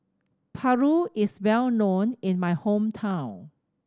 Paru is well known in my hometown